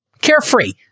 carefree